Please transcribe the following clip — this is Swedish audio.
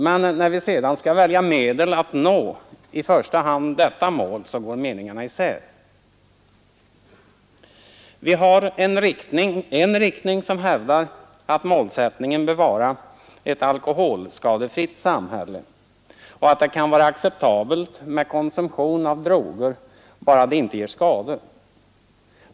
Men när vi sedan skall välja medel att i första hand nå detta mål går meningarna isär. Vi har en riktning som hävdar att målsättningen bör vara ett alkoholskadefritt samhälle och att det kan vara acceptabelt med konsumtion av droger, bara de inte ger skador.